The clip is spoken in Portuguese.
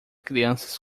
crianças